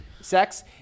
Sex